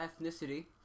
ethnicity